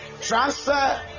transfer